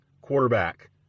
quarterback